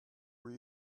were